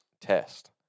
test